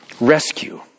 Rescue